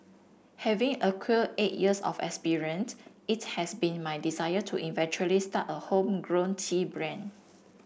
having acquired eight years of experience it has been my desire to eventually start a homegrown tea brand